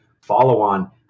follow-on